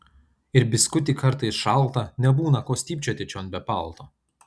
ir biskutį kartais šalta nebūna ko stypčioti čion be palto